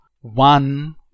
one